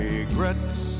Regrets